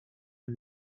and